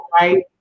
right